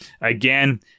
again